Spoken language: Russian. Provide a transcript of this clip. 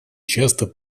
часто